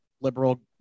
liberal